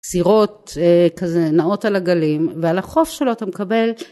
סירות כזה נעות על הגלים ועל החוף שלו אתה מקבל